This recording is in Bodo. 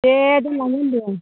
दे दोनलांनो होन्दों